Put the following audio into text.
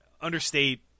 understate